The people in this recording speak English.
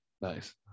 nice